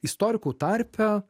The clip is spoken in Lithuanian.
istorikų tarpe